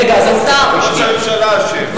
ראש הממשלה אשם.